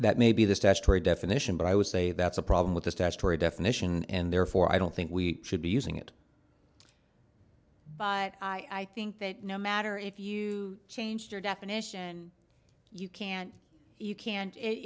that may be the statutory definition but i would say that's a problem with the statutory definition and therefore i don't think we should be using it but i think that no matter if you changed your definition you can't you can't it